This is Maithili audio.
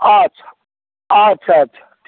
अच्छा अच्छा अच्छा